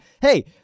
hey